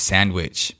Sandwich